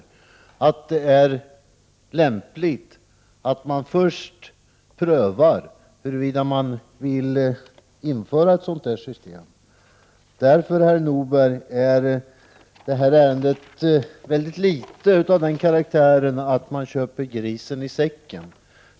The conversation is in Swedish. Därför är det lämpligt att först pröva huruvida man vill införa systemet eller inte. Detta ärende är alltså mycket litet av den karaktären att man köper grisen i säcken.